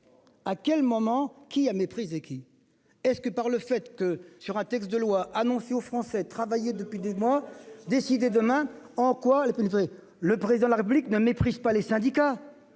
À quel moment qu'a méprisé. Qui est-ce que par le fait que sur un texte de loi annoncé aux Français travailler depuis des mois décider demain en quoi les. Le président de la République ne méprise pas les syndicats.